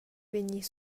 vegnir